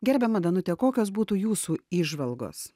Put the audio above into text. gerbiama danute kokios būtų jūsų įžvalgos